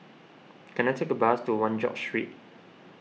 can I take a bus to one George Street